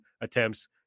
attempts